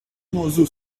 موضوع